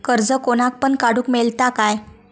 कर्ज कोणाक पण काडूक मेलता काय?